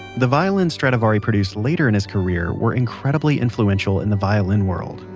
the violins stradivari produced later in his career were incredibly influential in the violin world.